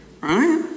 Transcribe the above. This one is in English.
Right